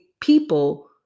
people